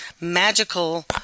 magical